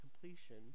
completion